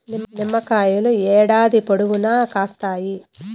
నిమ్మకాయలు ఏడాది పొడవునా కాస్తాయి